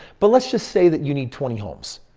but let's just say that you need twenty homes.